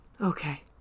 Okay